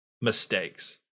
mistakes